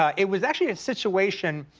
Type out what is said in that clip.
ah it was actually a situation,